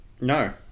No